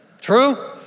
True